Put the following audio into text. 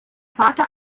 vater